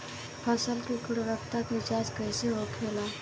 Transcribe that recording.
फसल की गुणवत्ता की जांच कैसे होखेला?